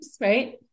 right